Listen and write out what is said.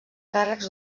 càrrecs